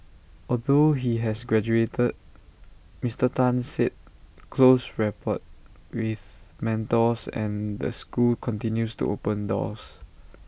although he has graduated Mister Tan said close rapport with mentors and the school continues to open doors